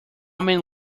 many